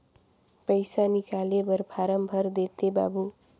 पइसा निकाले बर फारम भर देते बाबु?